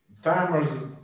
farmers